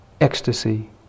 ecstasy